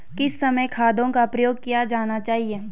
किस समय खादों का प्रयोग किया जाना चाहिए?